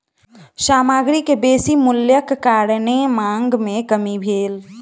सामग्री के बेसी मूल्यक कारणेँ मांग में कमी भेल